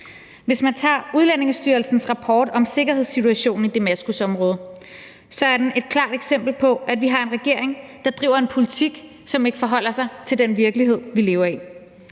underordnet. Udlændingestyrelsens rapport om sikkerhedssituationen i Damaskusområdet er et klart eksempel på, at vi har en regering, der driver en politik, som ikke forholder sig til den virkelighed, vi lever i.